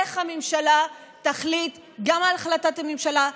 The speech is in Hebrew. איך הממשלה תחליט על החלטת הממשלה,